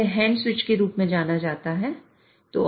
यह hand switch के रूप में जाना जाता है